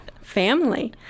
Family